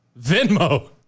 Venmo